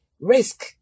risk